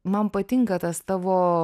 man patinka tas tavo